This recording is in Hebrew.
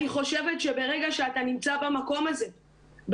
אני חושבת שברגע שאתה נמצא במקום הזה,